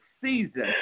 season